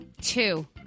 two